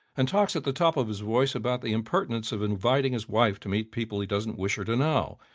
and talks at the top of his voice about the impertinence of inviting his wife to meet people he doesn't wish her to know.